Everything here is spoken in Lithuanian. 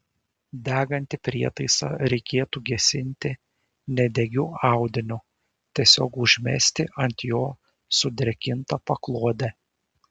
degantį prietaisą reikėtų gesinti nedegiu audiniu tiesiog užmesti ant jo sudrėkintą paklodę